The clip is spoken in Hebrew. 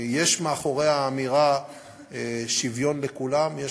מאחורי האמירה "שוויון לכולם" יש